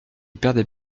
perdait